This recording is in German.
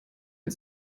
mit